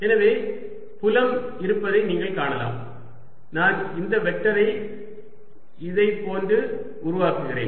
எனவே புலம் இருப்பதை நீங்கள் காணலாம் நான் இந்த வெக்டரை இதைப் போன்று உருவாக்குகிறேன்